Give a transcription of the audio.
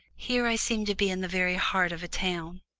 here i seemed to be in the very heart of a town.